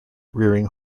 rearing